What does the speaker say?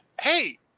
Hey